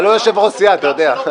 אתה לא יושב-ראש סיעה, אתה יודע.